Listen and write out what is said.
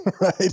right